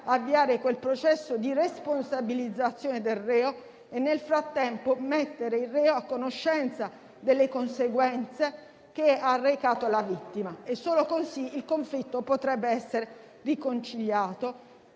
avviare quel processo di responsabilizzazione del reo e, nel frattempo, mettere il reo a conoscenza delle conseguenze che ha arrecato alla vittima. Solo così il conflitto potrebbe essere riconciliato